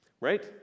right